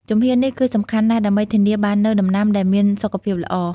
ជំហាននេះគឺសំខាន់ណាស់ដើម្បីធានាបាននូវដំណាំដែលមានសុខភាពល្អ។